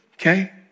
Okay